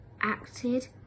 acted